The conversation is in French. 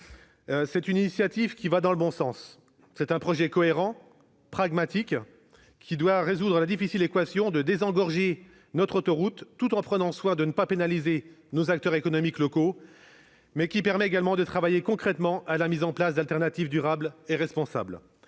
C'est une initiative qui va dans le bon sens. C'est un projet cohérent et pragmatique, qui doit résoudre la difficile équation de désengorger notre autoroute tout en prenant soin de ne pas pénaliser nos acteurs économiques locaux. Ce projet permet de travailler concrètement à la mise en place de solutions de rechange durables et responsables.